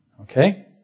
Okay